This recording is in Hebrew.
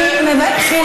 ליד הרצל,